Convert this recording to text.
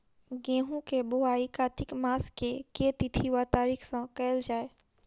गेंहूँ केँ बोवाई कातिक मास केँ के तिथि वा तारीक सँ कैल जाए?